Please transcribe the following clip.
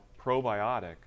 probiotic